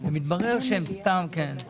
הנני מתכבד להודיעך כי